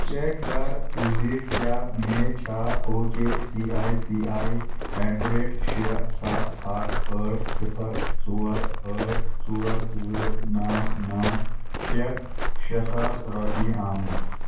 check کَر زِ کیٛاہ مےٚ چھےٚ OK C I C I at the rate شےٚ ستھ اکھ ٲٹھ صِفر ژور ٲٹھ ژور زٕ نو نو پٮ۪ٹھ شےٚ ساس رۄپیہِ آمٕتی